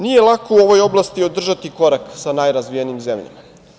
Nije lako u ovoj oblasti održati korak sa najrazvijenijim zemljama.